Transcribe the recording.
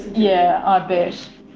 yeah, i bet.